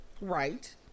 Right